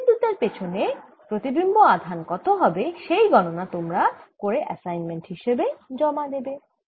পরাবিদ্যুতের পেছনে প্রতিবিম্ব আধান কত হবে সেই গণনা তোমরা করে এসাইনমেন্ট হিসেবে জমা দেবে